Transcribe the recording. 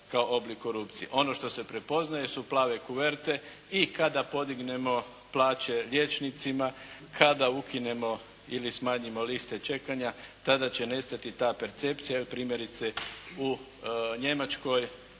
kao oblik korupcije. Ono što se prepoznaje su plave koverte i kada podignemo plaće liječnicima, kada ukinemo ili smanjimo liste čekanja tada će nestati ta percepcija. Evo primjerice u Njemačkoj